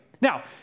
Now